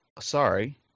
sorry